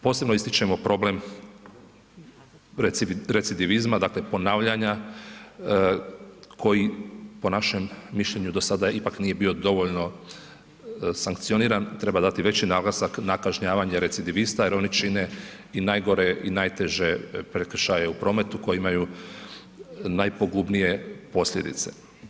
Posebno ističemo problem recidivizma, dakle ponavljanja koji po našem mišljenju do sada ipak nije bio dovoljno sankcioniran treba dati veći naglasak na kažnjavanje recidivista jer oni čine i najgore i najteže prekršaje u prometu koji imaju najpogubnije posljedice.